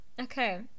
okay